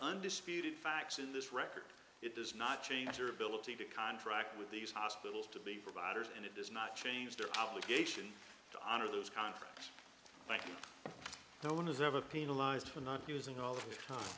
undisputed facts in this record it does not change your ability to contract with these hospitals to be providers and it does not change their obligation to honor those contract thank you no one is ever penalized for not using all the t